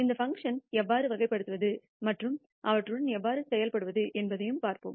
இந்த பங்க்ஷன்களை எவ்வாறு வகைப்படுத்துவது மற்றும் அவற்றுடன் எவ்வாறு செயல்படுவது என்பதையும் பார்ப்போம்